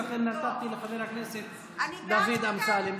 ולכן נתתי לחבר הכנסת דוד אמסלם.